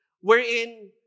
wherein